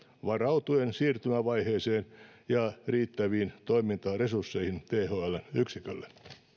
varautuen siirtymävaiheeseen ja riittäviin toimintaresursseihin thln yksikölle